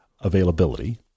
availability